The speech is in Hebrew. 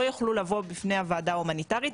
לא יוכלו לבוא בפני הוועדה ההומניטרית,